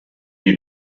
die